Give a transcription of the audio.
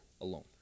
alone